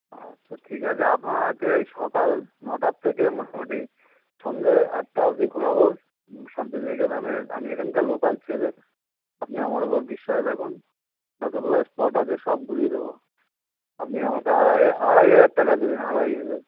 আচ্ছা ঠিক আছে আপনারা তো এই সকাল নটার থেকে মোটামুটি সন্ধ্যে আটটা অবধি ঘোরাব শান্তিনিকেতনের আমি এখানকার লোকাল ছেলে আপনি আমার ওপর বিশ্বাস রাখুন যতগুলো স্পট আছে সব ঘুরিয়ে দেবো আপনি আমাকে আড়াই আড়াই হাজার টাকা দেবেন আড়াই হাজার